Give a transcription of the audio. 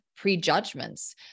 prejudgments